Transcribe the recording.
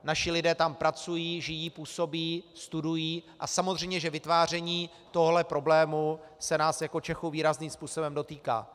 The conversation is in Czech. Naši lidé tam pracují, žijí, působí, studují, a samozřejmě že vytváření tohoto problému se nás jako Čechů výrazným způsobem dotýká.